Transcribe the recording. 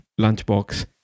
lunchbox